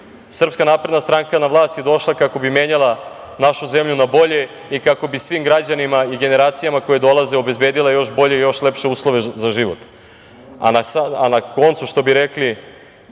Srpska napredna stranka na vlast je došla kako bi menjala našu zemlju nabolje i kako bi svim građanima i generacijama koje dolaze obezbedila još bolje i još lepše uslove za život. Na koncu, što bi rekli,